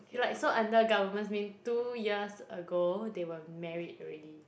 you like so under government mean two years ago they were married already